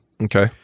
Okay